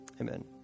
Amen